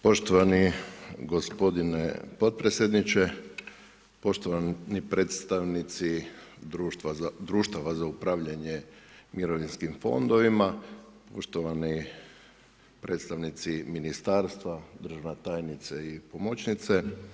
Poštovani gospodine potpredsjedniče, poštovani predstavnici društava za upravljanje mirovinskim fondovima, poštovani predstavnici ministarstva, državna tajnice i pomoćnice.